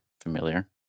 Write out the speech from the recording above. familiar